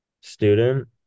student